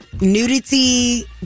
nudity